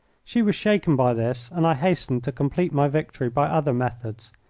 she was shaken by this, and i hastened to complete my victory by other methods.